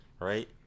right